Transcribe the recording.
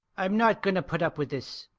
i'm not going to put up with this,